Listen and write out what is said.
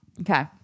Okay